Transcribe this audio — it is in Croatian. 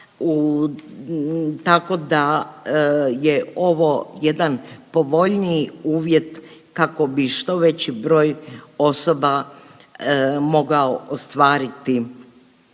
tako da je ovo jedan povoljniji uvjet kako bi što veći broj osoba mogao ostvariti